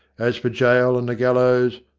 as for gaol and the gallows,